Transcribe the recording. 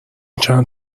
چند